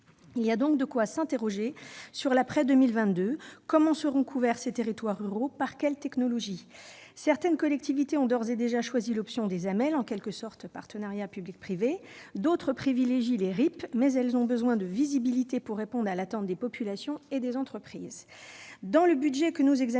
Il y a donc de quoi s'interroger sur l'après-2022 : comment seront couverts ces territoires ruraux ? Par quelle technologie ? Certaines collectivités ont d'ores et déjà choisi l'option des procédures Amel, en quelque sorte du partenariat public-privé. D'autres privilégient les réseaux d'initiative publique (RIP), mais elles ont besoin de visibilité pour répondre à l'attente des populations et des entreprises.